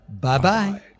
Bye-bye